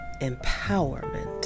empowerment